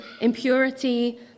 impurity